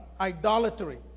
idolatry